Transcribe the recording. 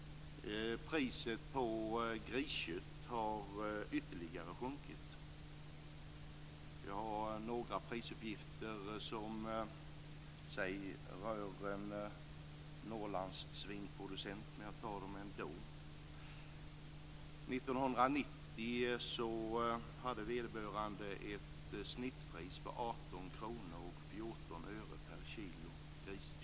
Priset på griskött har sjunkit ytterligare. Jag har några prisuppgifter som rör en svinproducent i Norrland, men jag tar dem ändå. År 1990 kunde vederbörande ta ut ett snittpris på 18 kr och 14 öre per kilo griskött.